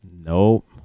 Nope